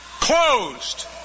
closed